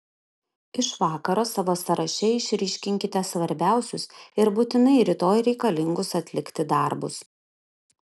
iš vakaro savo sąraše išryškinkite svarbiausius ir būtinai rytoj reikalingus atlikti darbus